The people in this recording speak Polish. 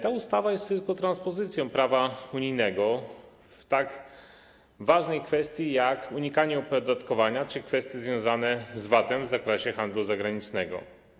Ta ustawa jest tylko transpozycją prawa unijnego w tak ważnej kwestii jak unikanie opodatkowania czy kwestie związane z VAT-em w zakresie handlu zagranicznego.